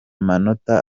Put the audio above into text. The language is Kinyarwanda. manota